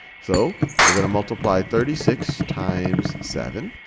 so we're going to multiply thirty six times seven.